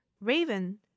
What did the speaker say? Raven